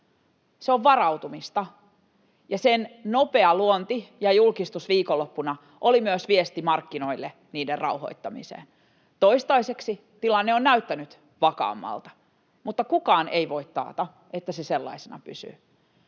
Se on varautumista, ja sen nopea luonti ja julkistus viikonloppuna olivat myös viesti markkinoille niiden rauhoittamiseksi. Toistaiseksi tilanne on näyttänyt vakaammalta, mutta kukaan ei voi taata, että se sellaisena pysyy.